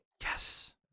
Yes